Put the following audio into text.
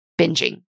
binging